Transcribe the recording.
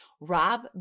Rob